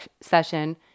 session